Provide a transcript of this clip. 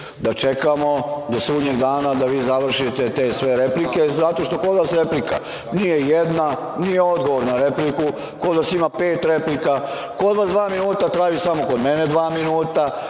da čekamo do sudnjeg dana da vi završite te replike, zato što kod vas replika nije jedna, nije odgovor na repliku. Kod vas ima pet replika. Kod vas dva minuta traju samo kod mene dva minuta.